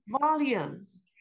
volumes